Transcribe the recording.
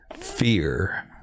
fear